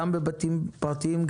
גם בבתים פרטיים,